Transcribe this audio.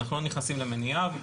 אנחנו לא נכנסים למניעיו,